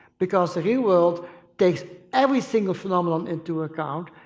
because the real world takes every single phenomenon into account,